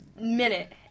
minute